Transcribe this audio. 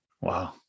Wow